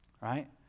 right